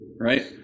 right